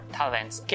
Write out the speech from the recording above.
talents